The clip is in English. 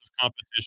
competition